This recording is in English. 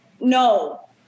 No